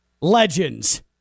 Legends